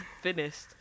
finished